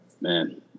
Man